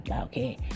okay